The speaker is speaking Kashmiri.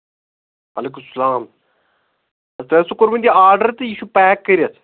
وعلیکُم السلام تۄہہِ اوسوُ کوٚرمُت یہِ آڈَر تہٕ یہِ چھُ پیک کٔرِتھ